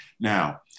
now